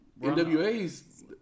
NWA's